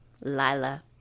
Lila